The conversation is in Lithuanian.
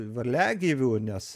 varliagyvių nes